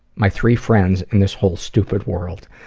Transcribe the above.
my three friends in this whole stupid world.